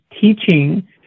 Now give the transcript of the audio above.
Teaching